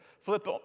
Flip